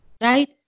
Right